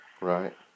Right